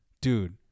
dude